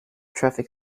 traffic